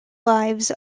lives